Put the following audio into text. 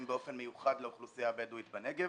באופן מיוחד לאוכלוסייה הבדואית בנגב.